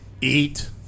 eat